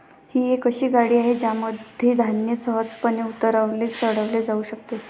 ही एक अशी गाडी आहे ज्यामध्ये धान्य सहजपणे उतरवले चढवले जाऊ शकते